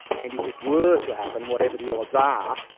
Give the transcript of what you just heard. and if it were to happen whatever the odds are,